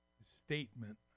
statement